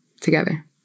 together